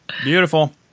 Beautiful